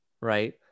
right